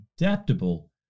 adaptable